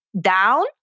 down